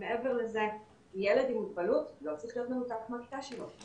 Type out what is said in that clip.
מעבר לזה ילד עם מוגבלות לא צריך להיות מנותק מהכיתה שלו,